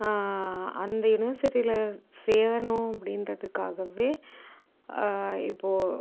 அந்த யுனிவர்சிட்டியில் சேரணும் அப்படின்றதுக்காகவே இப்போது